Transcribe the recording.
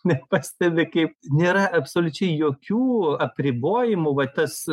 net pastebi kaip nėra absoliučiai jokių apribojimų va tas